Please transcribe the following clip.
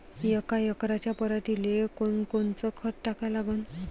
यका एकराच्या पराटीले कोनकोनचं खत टाका लागन?